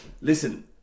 Listen